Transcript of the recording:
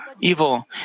evil